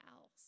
else